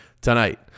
tonight